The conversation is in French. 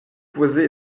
posé